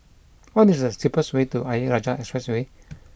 what is the cheapest way to Ayer Rajah Expressway